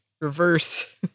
Reverse